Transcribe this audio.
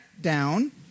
down